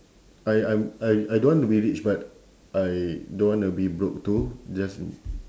I I I I don't want to be rich but I don't wanna be broke too just